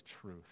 truth